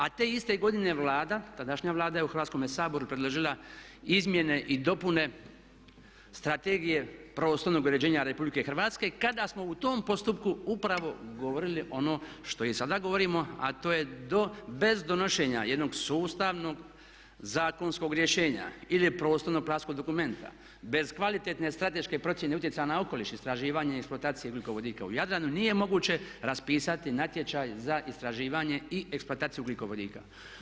A te iste godine Vlada, tadašnja Vlada, je u Hrvatskome saboru predložila izmjene i dopune Strategije prostornog uređenja Republike Hrvatske kada smo u tom postupku upravo govorili ono što i sada govorimo, a to je bez donošenja jednog sustavnog zakonskog rješenja ili prostorno-planskog dokumenta, bez kvalitetne strateške procjene utjecaja na okoliš istraživanja i eksploatacije ugljikovodika u Jadranu nije moguće raspisati natječaj za istraživanje i eksploataciju ugljikovodika.